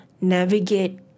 navigate